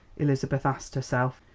elizabeth asked herself,